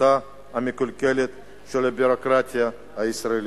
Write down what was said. השיטה המקולקלת של הביורוקרטיה הישראלית.